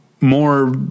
more